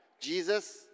Jesus